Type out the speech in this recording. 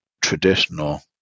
traditional